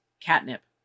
Catnip